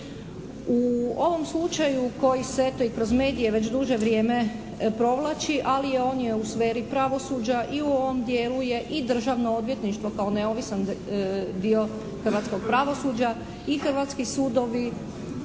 U ovom slučaju koji se eto i kroz medije već duže vrijeme provlači, ali on je u sferi pravosuđa i u ovom dijelu je i Državno odvjetništvo kao neovisan dio hrvatskog pravosuđa i hrvatski sudovi